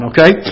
Okay